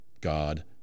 God